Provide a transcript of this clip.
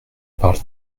parle